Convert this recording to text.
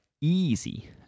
easy